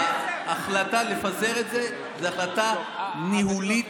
ההחלטה לפזר את זה זו החלטה ניהולית,